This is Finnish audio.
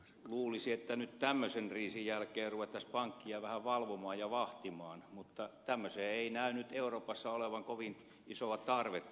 luulisi että nyt tämmöisen kriisin jälkeen ruvettaisiin pankkeja vähän valvomaan ja vahtimaan mutta tämmöiseen ei näy nyt euroopassa olevan kovin isoa tarvetta